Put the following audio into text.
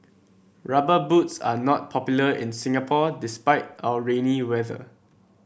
rubber boots are not popular in Singapore despite our rainy weather